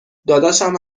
داداشم